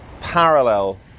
parallel